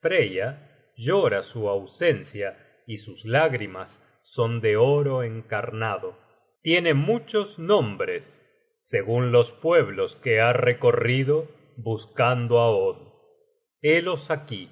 freya llora su ausencia y sus lágrimas son de oro encarnado tiene muchos nombres segun los pueblos que ha recorrido buscando á od hélos aquí